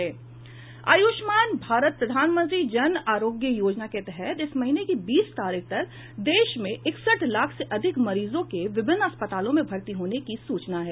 आयुष्मान भारत प्रधानमंत्री जन आरोग्य योजना के तहत इस महीने की बीस तारीख तक देश में इकसठ लाख से अधिक मरीजों के विभिन्न अस्पतालों में भर्ती होने की सूचना है